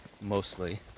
mostly